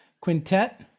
quintet